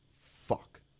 fuck